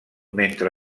mentre